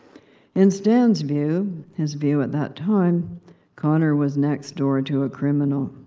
in stan's view his view at that time connor was next-door to a criminal.